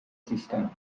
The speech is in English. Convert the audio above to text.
system